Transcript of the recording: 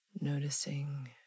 Noticing